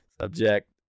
Subject